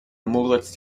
moritz